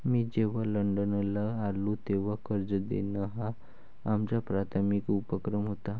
मी जेव्हा लंडनला आलो, तेव्हा कर्ज देणं हा आमचा प्राथमिक उपक्रम होता